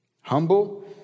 humble